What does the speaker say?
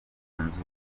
zunze